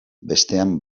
bestean